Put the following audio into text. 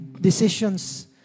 decisions